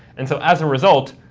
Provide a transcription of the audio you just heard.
and so as a result,